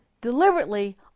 deliberately